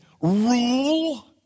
rule